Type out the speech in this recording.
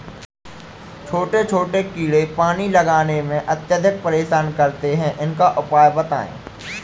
छोटे छोटे कीड़े पानी लगाने में अत्याधिक परेशान करते हैं इनका उपाय बताएं?